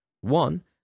One